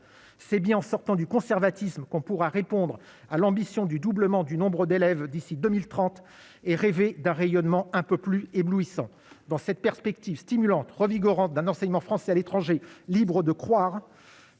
c'est bien en sortant du conservatisme qu'on pourra répondre à l'ambition du doublement du nombre d'élèves, d'ici 2030 et rêver d'un rayonnement, un peu plus éblouissant dans cette perspective stimulante revigorant d'un enseignement français à l'étranger, libre de croire